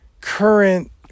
current